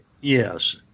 Yes